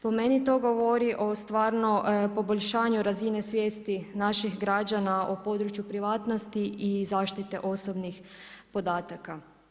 Po meni to govori o stvarno poboljšanju razine svijesti naših građana o području privatnosti i zaštite osobnih podataka.